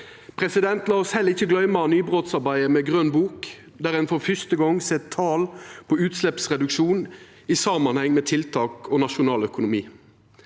komiteen. La oss heller ikkje gløyma nybrotsarbeidet med grøn bok, der ein for fyrste gong set tal på utsleppsreduksjon i samanheng med tiltak og nasjonal økonomi.